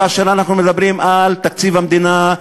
כאשר אנחנו מדברים על תקציב המדינה,